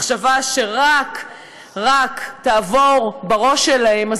מחשבה שרק תעבור בראש שלהם,